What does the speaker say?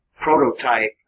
prototype